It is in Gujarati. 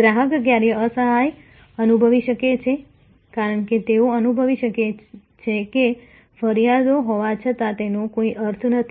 ગ્રાહક ક્યારેક અસહાય અનુભવી શકે છે કારણ કે તેઓ અનુભવી શકે છે કે ફરિયાદો હોવા છતાં તેનો કોઈ અર્થ નથી